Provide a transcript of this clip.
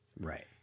Right